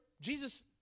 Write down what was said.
Jesus